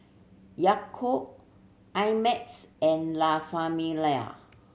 Yakult I Max and La Famiglia